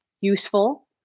useful